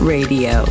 Radio